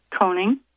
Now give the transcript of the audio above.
coning